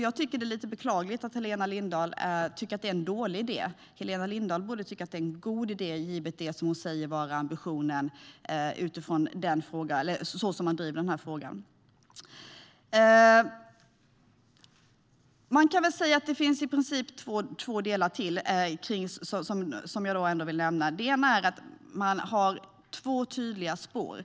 Jag tycker att det är beklagligt att Helena Lindahl anser det vara en dålig idé. Hon borde tycka att det är en god idé givet det som hon säger ska vara ambitionen för hur man driver den här frågan. Det finns i princip ytterligare två delar som jag vill nämna. Den ena är att man har två tydliga spår.